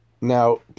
Now